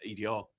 edr